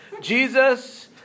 Jesus